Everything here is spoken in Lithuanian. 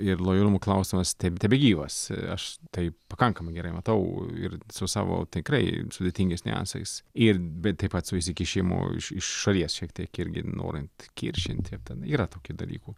ir lojalumo klausimas taip tebegyvas aš taip pakankamai gerai matau ir su savo tikrai sudėtingais niuansais ir bet taip pat su įsikišimu iš šalies šiek tiek irgi norint kiršinti ten yra tokių dalykų